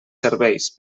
serveis